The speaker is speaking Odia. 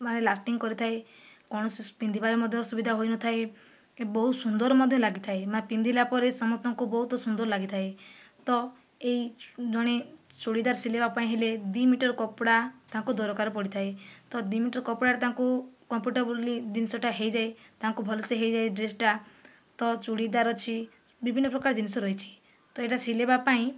ମାନେ ଲାଷ୍ଟିଂ କରିଥାଏ କୌଣସି ପିନ୍ଧିବାରେ ମଧ୍ୟ ଅସୁବିଧା ହୋଇନଥାଏ ବହୁତ ସୁନ୍ଦର ମଧ୍ୟ ଲାଗିଥାଏ ମା ପିନ୍ଧିଲା ପରେ ସମସ୍ତଙ୍କୁ ବହୁତ ସୁନ୍ଦର ଲାଗିଥାଏ ତ ଏହି ଜଣେ ଚୁଡ଼ିଦାର ସିଲେଇବା ପାଇଁ ହେଲେ ଦି ମିଟର କପଡ଼ା ତାଙ୍କୁ ଦରକାର ପଡ଼ିଥାଏ ତ ଦି ମିଟର କପଡ଼ାରେ ତାଙ୍କୁ କମ୍ଫର୍ଟେବ୍ଲି ଜିନିଷଟା ହୋଇଯାଏ ତାଙ୍କୁ ଭଲସେ ହୋଇଯାଏ ଡ୍ରେସଟା ତ ଚୁଡ଼ିଦାର ଅଛି ବିଭିନ୍ନ ପ୍ରକାର ଜିନିଷ ରହିଛି ତ ଏଇଟା ସିଲେଇବା ପାଇଁ